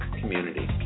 community